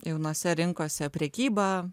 jaunose rinkose prekyba